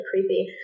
creepy